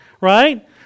right